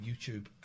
YouTube